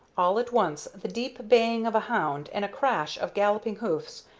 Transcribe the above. all at once the deep baying of a hound and a crash of galloping hoofs,